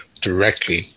directly